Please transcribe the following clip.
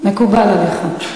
מקובל עליך.